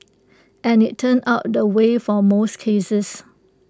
and it's turned out the way for most cases